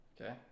Okay